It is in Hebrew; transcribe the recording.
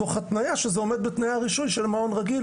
תוך התניה שזה עומד בתנאי הרישוי של מעון רגיל.